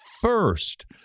first